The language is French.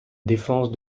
défense